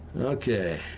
okay